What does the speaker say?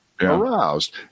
aroused